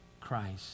Christ